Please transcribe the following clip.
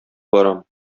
барам